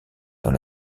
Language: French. dans